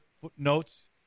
footnotes